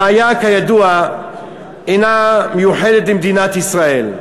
הבעיה, כידוע, אינה מיוחדת למדינת ישראל.